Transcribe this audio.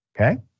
okay